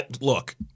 look